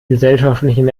gesellschaftlichen